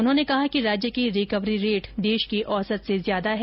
उन्होंने कहा कि राज्य की रिकवरी रेट देश के औसत से ज्यादा है